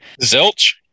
Zilch